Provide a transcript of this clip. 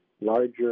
larger